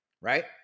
right